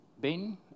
Ben